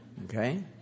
okay